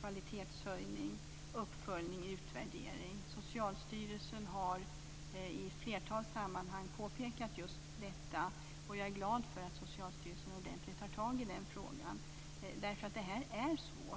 kvalitetshöjning, uppföljning och utvärdering. Socialstyrelsen har i ett flertal sammanhang påpekat just detta, och jag är glad att Socialstyrelsen tar tag i frågan ordentligt. Detta är nämligen svårt.